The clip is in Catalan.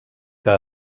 que